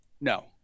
no